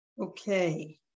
okay